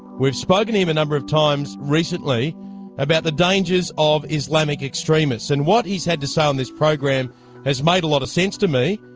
we've spoken to him a number of times recently about the dangers of islamic extremists, and what he's had to say on this program has made a lot of sense to me,